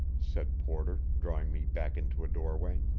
said porter, drawing me back into a doorway.